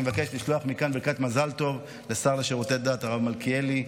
אני מבקש לשלוח מכאן ברכת מזל טוב לשר לשירותי דת הרב מלכיאלי,